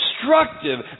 destructive